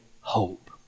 hope